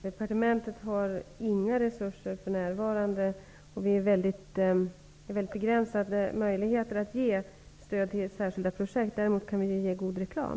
Herr talman! Departementet har för närvarande inga resurser. Vi har väldigt begränsade möjligheter att ge stöd till särskilda projekt. Däremot kan vi ge god reklam.